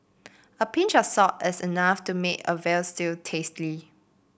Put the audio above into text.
a pinch of salt is enough to make a veal stew tasty